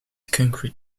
concrete